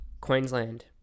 Queensland